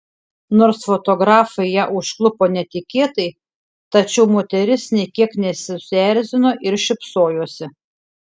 nors fotografai ją užklupo netikėtai tačiau moteris nė kiek nesusierzino ir šypsojosi